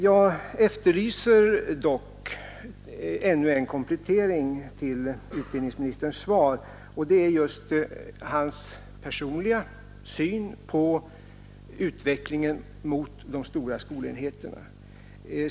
Jag efterlyser dock ännu en komplettering av utbildningsministerns svar. Det gäller just hans personliga syn på utvecklingen mot de stora skolenheterna.